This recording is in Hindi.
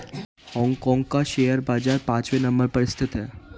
हांग कांग का शेयर बाजार पांचवे नम्बर पर स्थित है